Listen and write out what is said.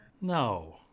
No